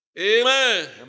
Amen